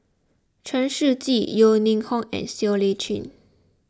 Chen Shiji Yeo Ning Hong and Siow Lee Chin